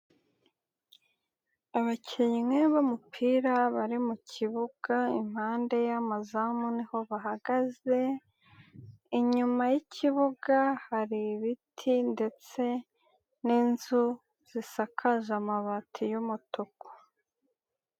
Abakinnyi b'umupira bari mu kibuga impande y'amazamu niho bahagaze, inyuma y'ikibuga hari ibiti ndetse n'inzu zisakaje amabati y'umutuku.